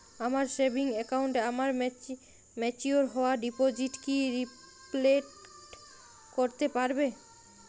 আমার সেভিংস অ্যাকাউন্টে আমার ম্যাচিওর হওয়া ডিপোজিট কি রিফ্লেক্ট করতে পারে?